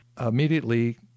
immediately